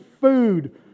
food